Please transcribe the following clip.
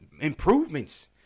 improvements